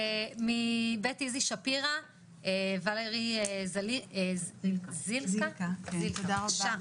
מבית איזי שפירה, ולרי זילכה, בבקשה.